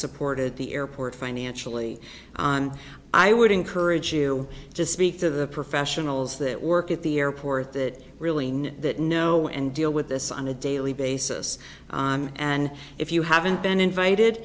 supported the airport financially and i would encourage you to speak to the professionals that work at the airport that really mean that know and deal with this on a daily basis and if you haven't been invited